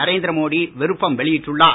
நரேந்திர மோடி விருப்பம் வெளியிட்டுள்ளார்